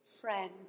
Friend